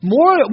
More